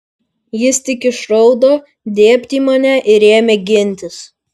jis tik išraudo dėbt į mane ir ėmė gintis